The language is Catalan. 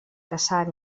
caçar